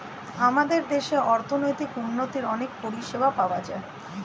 আমাদের দেশে অর্থনৈতিক উন্নতির অনেক পরিষেবা পাওয়া যায়